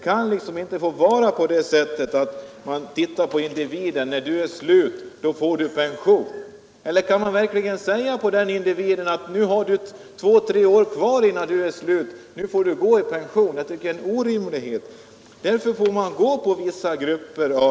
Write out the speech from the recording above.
Det borde inte vara så att man ser på individen och avgör att den som är slut skall få pension. Det är också orimligt att man skulle kunna se på individen och säga att han har två tre år kvar innan han är slut och därför får han pension. Därför måste man generellt gå på vissa grupper.